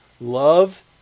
love